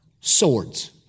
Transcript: Swords